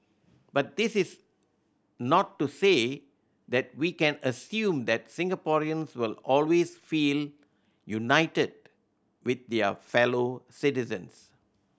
but this is not to say that we can assume that Singaporeans will always feel united with their fellow citizens